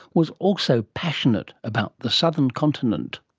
was also passionate about the southern continent.